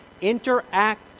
interact